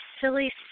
silly